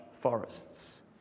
forests